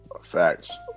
Facts